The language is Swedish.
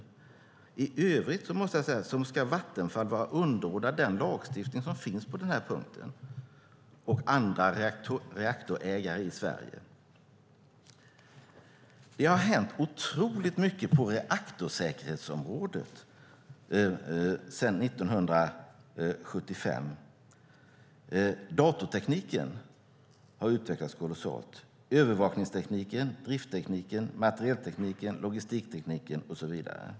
I övrigt ska Vattenfall och andra reaktorägare i Sverige vara underordnad den lagstiftning som finns på den här punkten. Det har hänt otroligt mycket på reaktorsäkerhetsområdet sedan 1975. Datortekniken har utvecklats kolossalt liksom övervakningstekniken, drifttekniken, materieltekniken, logistiktekniken och så vidare.